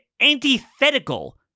antithetical